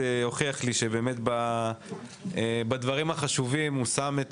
הוכחתי לי שבדברים החשובים אתה שם את